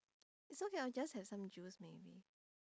it's okay I'll just have some juice maybe